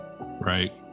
Right